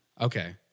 Okay